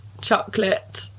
chocolate